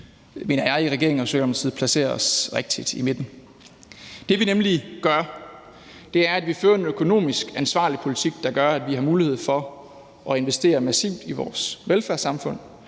en ærlig regering, og at vi forsøger at placere os rigtigt i midten. Det, vi nemlig gør, er, at vi fører en økonomisk ansvarlig politik, der gør, at vi har mulighed for at investere massivt i vores velfærdssamfund,